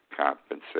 compensation